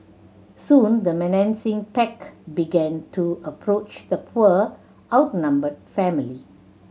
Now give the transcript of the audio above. soon the menacing pack began to approach the poor outnumbered family